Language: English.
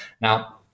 Now